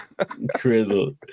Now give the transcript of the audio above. Crizzle